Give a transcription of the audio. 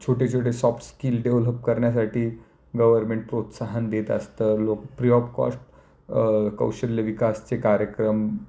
छोटे छोटे soft skill develop करण्यासाठी गव्हर्नमेंट प्रोत्साहन देत असतं लोक फ्री ऑफ कॉस्ट कौशल्य विकासचे कार्यक्रम